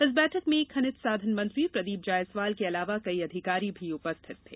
इस बैठक में खनिज साधन मंत्री प्रदीप जायसवाल के अलावा कई अधिकारी भी उपस्थित थे